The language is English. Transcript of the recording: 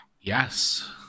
Yes